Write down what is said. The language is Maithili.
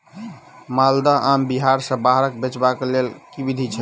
माल्दह आम बिहार सऽ बाहर बेचबाक केँ लेल केँ विधि छैय?